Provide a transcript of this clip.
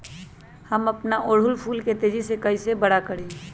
हम अपना ओरहूल फूल के तेजी से कई से बड़ा करी?